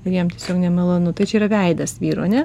jam tiesiog nemalonu tai čia yra veidas vyro ne